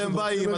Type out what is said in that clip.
אתם באים,